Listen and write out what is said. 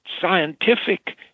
scientific